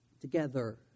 together